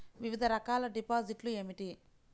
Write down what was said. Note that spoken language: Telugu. వివిధ రకాల డిపాజిట్లు ఏమిటీ?